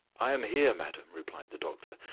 i am here, madam, replied the doctor,